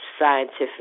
scientific